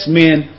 men